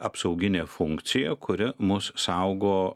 apsauginė funkcija kuri mus saugo